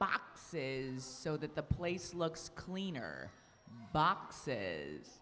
boxes so that the place looks cleaner boxes